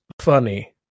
funny